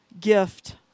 gift